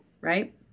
right